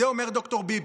את זה אומר ד"ר ביבי,